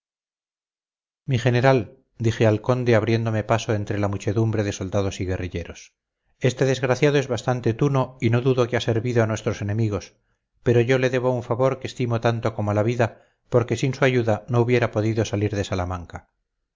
mi general dije al conde abriéndome paso entre la muchedumbre de soldados y guerrilleros este desgraciado es bastante tuno y no dudo que ha servido a nuestros enemigos pero yo le debo un favor que estimo tanto como la vida porque sin su ayuda no hubiera podido salir de salamanca